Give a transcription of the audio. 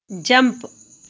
jump